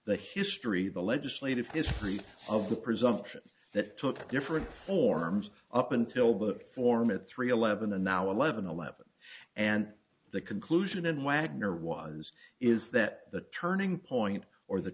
the history the legislative history of the presumptions that took different forms up until the form of three eleven and now eleven eleven and the conclusion in wagner was is that the turning point or the